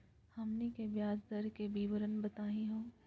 हमनी के ब्याज दर के विवरण बताही हो?